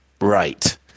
Right